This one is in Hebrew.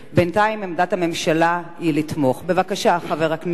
בבקשה, השר יעקב מרגי, חמש דקות.